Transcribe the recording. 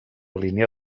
línia